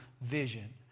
vision